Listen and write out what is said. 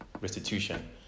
restitution